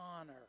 honor